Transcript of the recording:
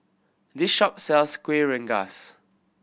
this shop sells Kueh Rengas